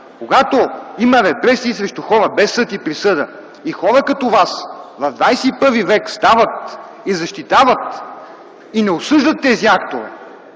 когато има репресии срещу хора без съд и присъда и хора като Вас в ХХІ век стават, защитават и не осъждат тези актове,